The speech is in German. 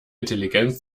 intelligenz